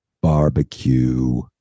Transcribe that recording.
Barbecue